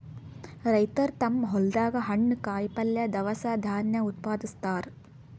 ರೈತರ್ ತಮ್ಮ್ ಹೊಲ್ದಾಗ ಹಣ್ಣ್, ಕಾಯಿಪಲ್ಯ, ದವಸ ಧಾನ್ಯ ಉತ್ಪಾದಸ್ತಾರ್